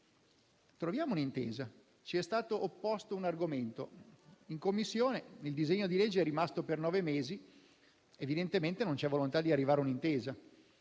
troviamo un'intensa. Ci è stato opposto un argomento: poiché in Commissione il disegno di legge è rimasto per nove mesi, evidentemente non c'è la volontà di arrivare a un'intesa.